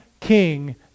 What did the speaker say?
king